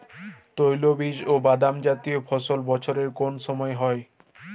তৈলবীজ ও বাদামজাতীয় ফসল বছরের কোন সময় হয়?